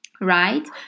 Right